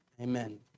Amen